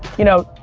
you know,